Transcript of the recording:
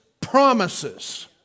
promises